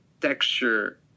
texture